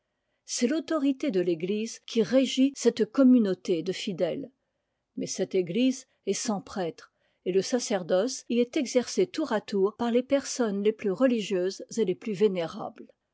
c'est f'autorité de l'église qui régit cette communauté de fidèles mais cette église est sans prêtres et le sacerdoce y est exercé tour à tour par les personnes les plus religieuses et les plus vénérables